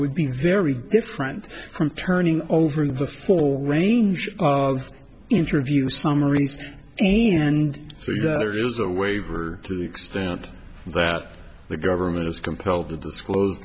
would be very different from turning over the full range interview summaries and it is a waiver to the extent that the government is compelled to disclose